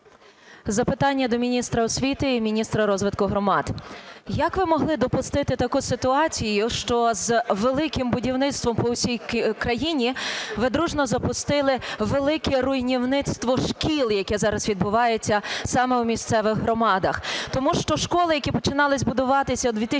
Запитання до міністра освіти і міністра розвитку громад. Як ви могли допустити таку ситуацію, що з "Великим будівництвом" по всій країні ви дружно запустили велике руйнівництво шкіл, яке зараз відбувається саме в місцевих громадах? Тому що школи, які починали будуватися у 2018 році